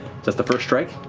that's the first strike.